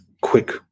quick